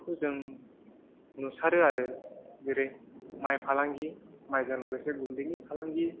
बेफोरखौ जों नुसारो आरो जेरै माइ फालांगि माइजों लोगोसे गुन्दैनि फालांगि